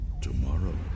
Tomorrow